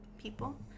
people